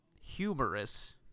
humorous